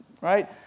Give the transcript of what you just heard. right